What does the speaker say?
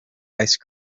ice